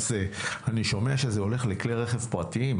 אני שומע שזה הולך לכלי רכב פרטיים.